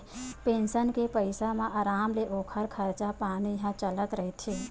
pension के पइसा म अराम ले ओखर खरचा पानी ह चलत रहिथे